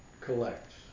collects